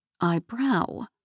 eyebrow